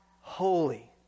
holy